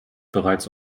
bereits